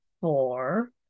four